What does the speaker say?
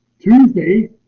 Tuesday